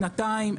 שנתיים,